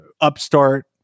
upstart